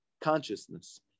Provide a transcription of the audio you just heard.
consciousness